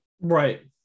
Right